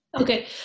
Okay